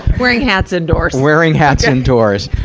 wearing hats indoors. wearing hats indoors.